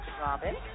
Robin